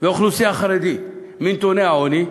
והאוכלוסייה החרדית מנתוני העוני,